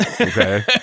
okay